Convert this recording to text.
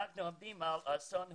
אנחנו עומדים לפני אסון הומניטרי-רפואי,